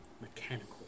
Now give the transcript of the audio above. mechanical